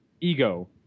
ego